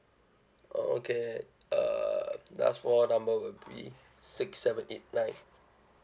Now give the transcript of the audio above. oh okay uh last four number would be six seven eight nine